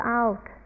out